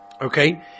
Okay